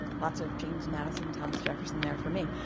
lots of james madison thomas jefferson there for me.